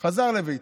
הוא חזר לביתו.